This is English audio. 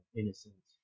innocent